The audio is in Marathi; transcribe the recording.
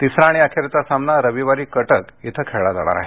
तिसरा आणि अखेरचा सामना रविवारी कटक इथं खेळला जाणार आहे